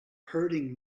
hurting